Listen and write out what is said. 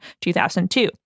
2002